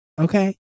Okay